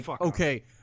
Okay